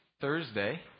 Thursday